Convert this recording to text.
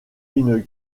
une